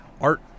art